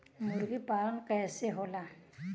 मुर्गी पालन कैसे होला?